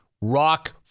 Rock